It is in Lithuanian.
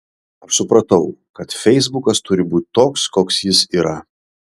aš supratau kad feisbukas turi būti toks koks jis yra